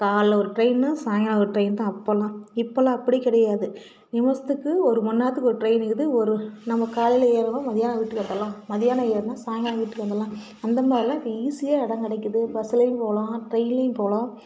காலையில ஒரு டிரெயின்னு சாய்ங்காலம் ஒரு டிரெயின் தான் அப்போல்லாம் இப்போல்லாம் அப்படி கிடையாது நிமிஷத்துக்கு ஒரு மண்நேரத்துக்கு ஒரு டிரெயின் இக்குது ஒரு நம்ம காலையில ஏர்றோம் மதியானம் வீட்டுக்கு வந்தரலாம் மதியானம் ஏறுனா சாய்ங்காலம் வீட்டுக்கு வந்தரலாம் அந்தமாதிரிலாம் இப்போ ஈஸியாக இடம் கிடைக்குது பஸ்லையும் போகலாம் டிரெயின்லையும் போகலாம்